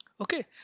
Okay